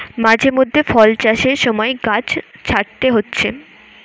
মাঝে মধ্যে ফল চাষের সময় গাছ ছাঁটতে হচ্ছে